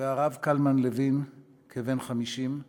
הרב קלמן לוין, כבן 50,